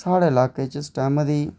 साढ़े इलाकै च स्टैम दी